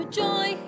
joy